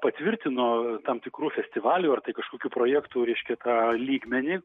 patvirtino tam tikrų festivalių ar tai kažkokių projektų reiškia tą lygmenį